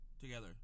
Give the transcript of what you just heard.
Together